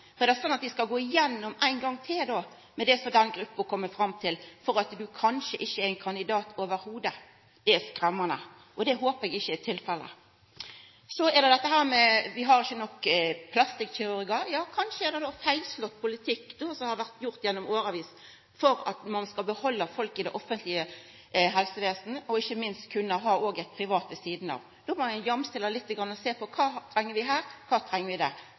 kvinnene. Er det sånn at dei då skal gå gjennom ein gong til det som den gruppa kjem fram til, og at ein kanskje ikkje i det heile er ein kandidat? Det er skremmande, og det håpar eg ikkje er tilfellet. Så er det dette med at vi ikkje har nok plastikkirurgar. Ja, kanskje har det vore feilslått politikk i årevis for at ein skal behalda folk i det offentlege helsevesenet og – ikkje minst – kunna ha eit privat helsevesen ved sida av. Då må ein jamstilla litt og sjå på: Kva treng vi her? Kva treng vi der?